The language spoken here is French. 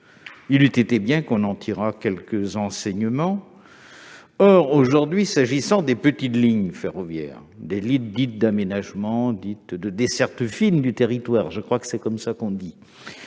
Il eût été bon qu'on en tirât quelques enseignements ! Or, aujourd'hui, quand je défends des petites lignes ferroviaires, des lignes dites d'aménagement, ou de desserte fine du territoire- je crois que c'est ainsi qu'on les